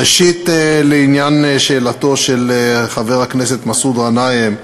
ראשית, לעניין שאלתו של חבר הכנסת מסעוד גנאים,